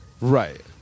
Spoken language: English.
Right